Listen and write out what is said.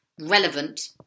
relevant